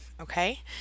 Okay